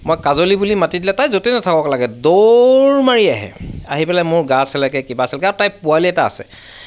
মই কাজলী বুলি মাতি দিলে তাই য'তে নাথাকক লাগিলে দৌৰ মাৰি আহে আহি পেলাই মোৰ গা চেলেকে কিবা চেলেকে আৰু তাইৰ পোৱালি এটা আছে